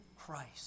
Christ